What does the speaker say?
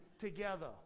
together